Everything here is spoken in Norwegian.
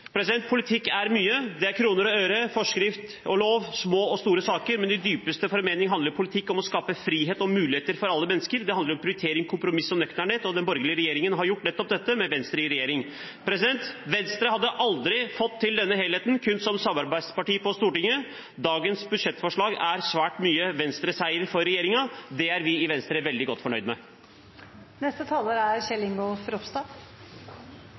Politikk er mye, det er kroner og øre, forskrift og lov, små og store saker, men i dypeste formening handler politikk om å skape frihet og muligheter for alle mennesker. Det handler om prioritering, kompromiss og nøkternhet, og den borgerlige regjeringen har bidratt til nettopp dette med Venstre i regjering. Venstre hadde aldri fått til denne helheten kun som samarbeidsparti på Stortinget. Dagens budsjettforslag er svært mye en Venstre-seier for regjeringen. Det er vi i Venstre veldig godt fornøyd med. I dag er